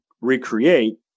recreate